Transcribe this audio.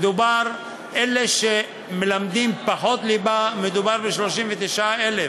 אלה שמלמדים פחות ליבה, מדובר ב-39,000,